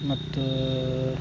ಮತ್ತು